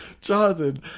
jonathan